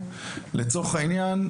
לצורך העניין,